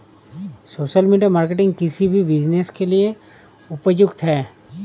social media marketing किसी भी business के लिए उपयुक्त है